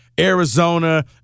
Arizona